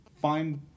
find